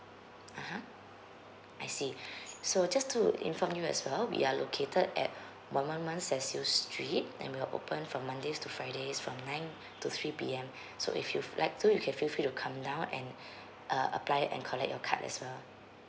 (uh huh) I see so just to inform you as well we are located at one one one street and we're open from mondays to fridays from nine to three P_M so if you f~ like to you can feel free to come down and uh apply and collect your card as well